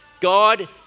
God